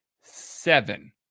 seven